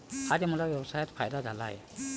आज मला व्यवसायात फायदा झाला आहे